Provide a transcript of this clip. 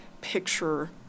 picture